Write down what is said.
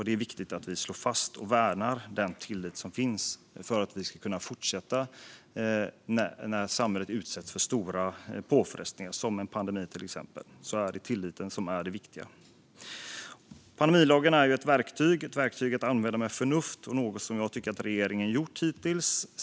Det är viktigt att vi slår fast och värnar den tillit som finns för att vi ska kunna fortsätta när samhället utsätts för stora påfrestningar, till exempel en pandemi. Då är det tilliten som är det viktiga. Pandemilagen är ett verktyg - ett verktyg att använda med förnuft. Det är något som jag tycker att regeringen har gjort hittills.